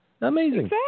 Amazing